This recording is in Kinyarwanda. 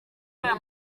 aya